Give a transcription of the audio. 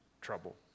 trouble